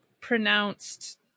pronounced